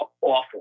awful